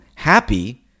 happy